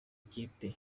ikipe